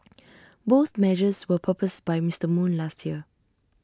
both measures were proposed by Mister moon last year